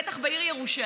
בטח בעיר ירושלים,